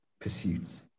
pursuits